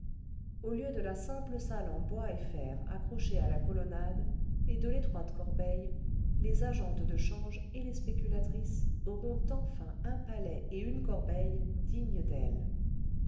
au lieu de la simple salle en bois et fer accrochée à la colonnade et cle l'étroite corbeille les agentes de change et les spéculatrices auront enfin un palais et une corbeille dignes d'elles